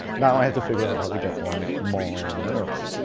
now i have to figure out how to get um more minerals.